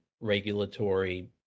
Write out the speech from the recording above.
regulatory